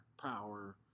power